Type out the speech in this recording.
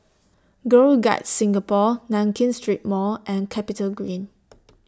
Girl Guides Singapore Nankin Street Mall and Capitagreen